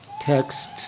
Text